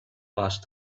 passed